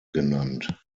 genannt